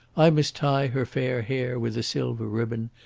i must tie her fair hair with a silver ribbon,